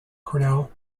cornell